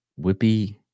Whippy